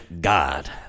God